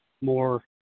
more